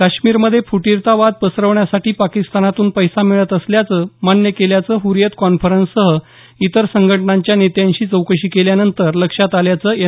काश्मीरमधे फुटीरतावाद पसरवण्यासाठी पाकिस्तानातून पैसा मिळत असल्याचं मान्य केल्याचं हरीयत कॉन्फरनस्सह इतर संघटनांच्या नेत्यांशी चौकशी केल्यानंतर लक्षात आल्याचं एन